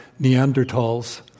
Neanderthals